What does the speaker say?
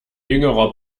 jüngerer